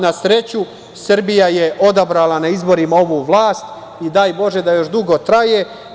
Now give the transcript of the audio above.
Na sreću, Srbija je odabrala na izborima ovu vlast i daj bože da još dugo traje.